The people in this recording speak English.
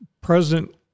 President